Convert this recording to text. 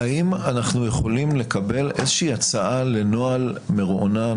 -- האם אנחנו יכולים לקבל איזושהי הצעה לנוהל מרוענן,